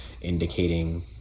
indicating